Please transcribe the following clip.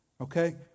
okay